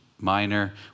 Minor